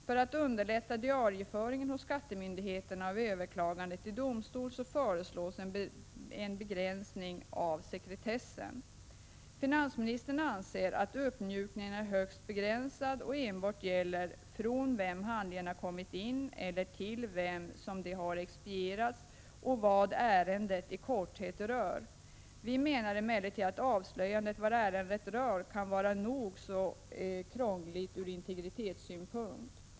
För att underlätta diarieföringen hos skattemyndigheterna av överklagande till domstol föreslås en begränsning av sekretessen. Finansministern anser att uppmjukningen är högst begränsad och enbart gäller från vem handlingen har kommit in eller till vem den har expedierats och vad ärendet i korthet rör. Vi menar emellertid att avslöjandet av vad ärendet rör kan vara nog så krångligt ur integritetssynpunkt.